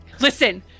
Listen